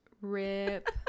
Rip